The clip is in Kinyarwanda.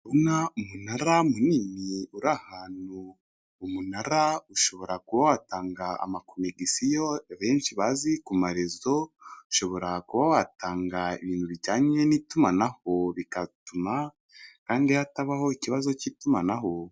Ndabona umunara munini uri ahantu, umunara ushobora kuba watanga amakonigisiyo benshi bazi ku marezo ushobora kuba watanga ibintu bijyanye n'itumanahogatuma kandi hatabaho ikibazo cy'itumanaho.